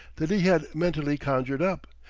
that he had mentally conjured up,